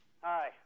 Hi